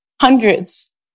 hundreds